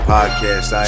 Podcast